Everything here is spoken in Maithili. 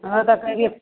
हमरा तऽ कहलियै